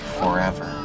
forever